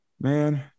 man